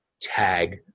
tag